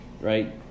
right